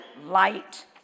light